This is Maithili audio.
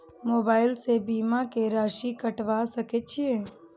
मोबाइल से बीमा के राशि कटवा सके छिऐ?